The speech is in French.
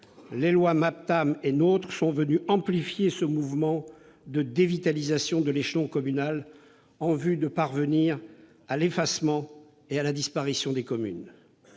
les lois MAPTAM et NOTRe sont venues amplifier ce mouvement de dévitalisation de l'échelon communal, en vue de parvenir à l'effacement et à la disparition des communes.